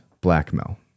blackmail